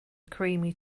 creamy